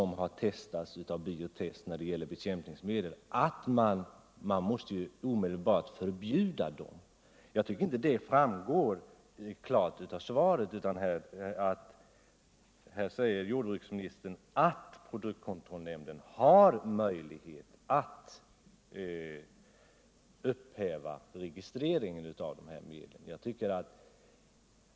Jag var litet tveksam till om analvsresultaten också gällde läkemedel och livsmedel, men tydligen har Bio Test funnits med i bilden även beträffande läkemedel och livsmedel. De medel som har testats av Bio-Test måste omedelbart förbjudas. Det framgår inte klart av svaret. Jordbruksministern säger att produktkontrollnämnden har möjlighet att upphäva registreringen av dessa medel.